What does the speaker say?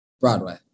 Broadway